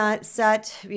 set